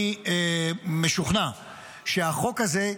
אני משוכנע שהחוק הזה,